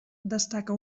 destaca